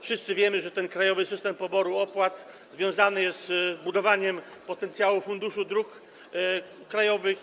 Wszyscy wiemy, że Krajowy System Poboru Opłat związany jest z budowaniem potencjału funduszu dróg krajowych.